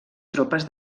tropes